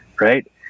right